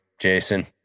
Jason